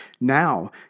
Now